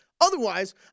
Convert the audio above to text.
Otherwise